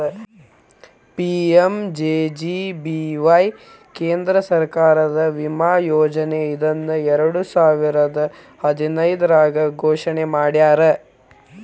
PMJJBY ಕೇಂದ್ರ ಸರ್ಕಾರದ ವಿಮಾ ಯೋಜನೆ ಇದನ್ನ ಎರಡುಸಾವಿರದ್ ಹದಿನೈದ್ರಾಗ್ ಘೋಷಣೆ ಮಾಡ್ಯಾರ